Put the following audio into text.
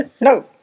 No